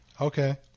Okay